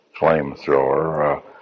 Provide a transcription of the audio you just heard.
flamethrower